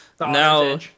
Now